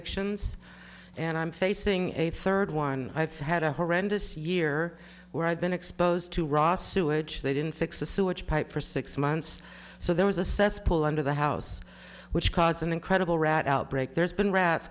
victims and i'm facing a third one i've had a horrendous year where i've been exposed to raw sewage they didn't fix a sewage pipe for six months so there was a cesspool under the house which caused an incredible rat outbreak there's been rats